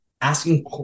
asking